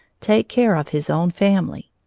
take care of his own family.